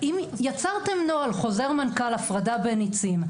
יצרתם נוהל חוזר מנכ"ל הפרדה בין ניצים,